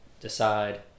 decide